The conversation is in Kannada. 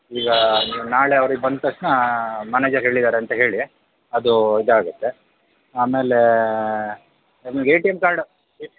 ಈಗ ನೀವು ನಾಳೆ ಅವರಿಗೆ ಬಂದ ತಕ್ಷಣ ಮ್ಯಾನೇಜರ್ ಹೇಳಿದ್ದಾರೆ ಅಂತ ಹೇಳಿ ಅದು ಇದಾಗುತ್ತೆ ಆಮೇಲೆ ನಿಮಗೆ ಎ ಟಿ ಎಂ ಕಾರ್ಡ